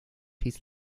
his